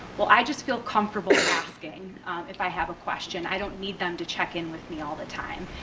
well, i just feel comfortable asking if i have a question. i don't need them to check-in with me all the time.